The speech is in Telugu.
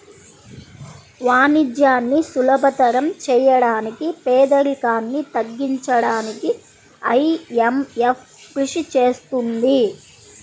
వాణిజ్యాన్ని సులభతరం చేయడానికి పేదరికాన్ని తగ్గించడానికీ ఐఎంఎఫ్ కృషి చేస్తుంది